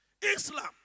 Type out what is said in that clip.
Islam